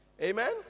Amen